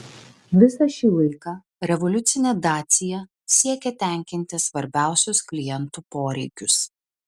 visą šį laiką revoliucinė dacia siekė tenkinti svarbiausius klientų poreikius